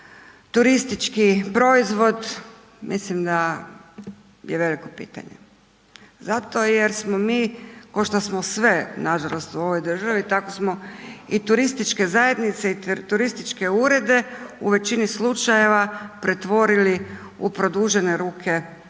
turistički proizvod, mislim da je veliko pitanje zato jer smo mi košto smo sve, nažalost, u ovoj državi, tako smo i turističke zajednice i turističke urede u većini slučajeva pretvorili u produžene ruke